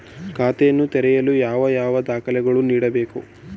ಖಾತೆಯನ್ನು ತೆರೆಯಲು ಯಾವ ಯಾವ ದಾಖಲೆಗಳನ್ನು ನೀಡಬೇಕು?